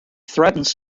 threatens